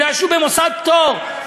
בגלל שהוא במוסד פטור.